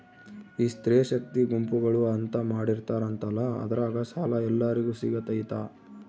ಈ ಸ್ತ್ರೇ ಶಕ್ತಿ ಗುಂಪುಗಳು ಅಂತ ಮಾಡಿರ್ತಾರಂತಲ ಅದ್ರಾಗ ಸಾಲ ಎಲ್ಲರಿಗೂ ಸಿಗತೈತಾ?